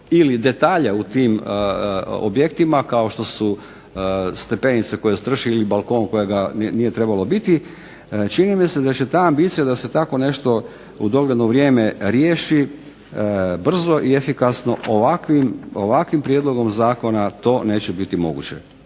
ili detalja u tim objektima kao što su stepenica koja strši ili balkon kojega nije trebalo biti čini mi se da će ta ambicija da se tako nešto u dogledno vrijeme riješi brzo i efikasno ovakvim prijedlogom zakona to neće biti moguće.